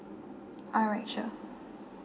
alright sure